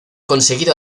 conseguido